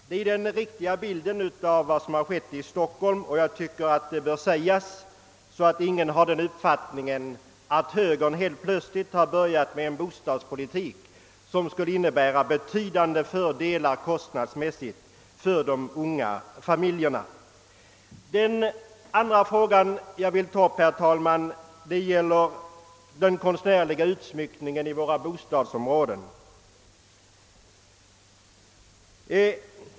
Det är den riktiga bilden av vad som skett' i Stockholm. Jag tycker att det bör sägas, så att ingen får den uppfattningen att högern helt plötsligt har börjat en bostadspolitik, som skulle innebära kostnadsmässigt betydande fördelar för de unga familjerna. Den andra fråga jag vill ta upp, herr talman, gäller den konstnärliga utsmyckningen i våra bostadsområden.